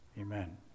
Amen